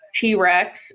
T-Rex